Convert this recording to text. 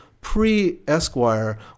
pre-Esquire